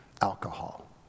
alcohol